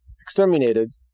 exterminated